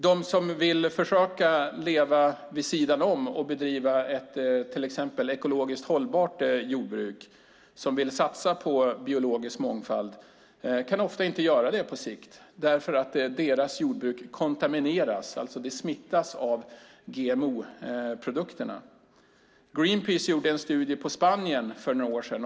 De som vill försöka leva vid sidan om och till exempel bedriva ett ekologiskt hållbart jordbruk och satsa på biologisk mångfald kan ofta inte gör det på sikt, därför att deras jordbruk kontamineras, alltså smittas, av GMO-produkterna. Greenpeace gjorde en studie om Spanien för några år sedan.